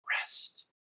rest